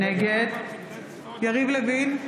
נגד יריב לוין,